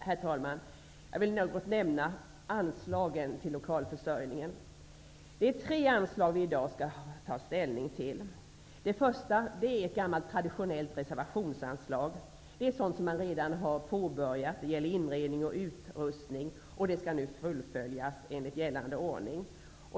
Herr talman! Jag vill något nämna anslagen till lokalförsörjningen. Det är tre anslag som vi i dag skall ta ställning till. Det första, G1, är ett gammalt, traditionellt reservationsanslag som avser resurser för inredning och utrustning. Detta har redan påbörjats och skall nu fullföljas enligt gällande ordning.